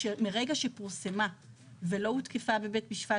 מרגע שפורסמה ולא הותקפה בבית משפט